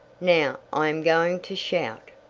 now i am going to shout!